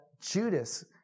Judas